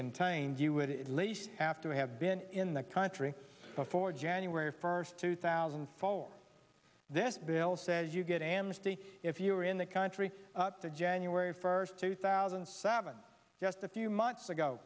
contained you would at least have to have been in the country before january first two thousand fall this bill says you get amnesty if you are in the country up to january first two thousand and seven just a few months ago